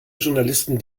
journalisten